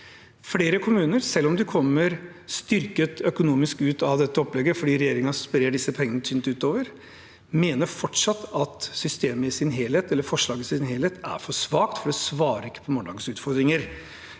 flere kommuner, selv om man kommer styrket økonomisk ut av dette opplegget fordi regjeringen sprer pengene tynt utover, fortsatt mener at forslaget i sin helhet er for svakt, for det svarer ikke på morgendagens utfordringer.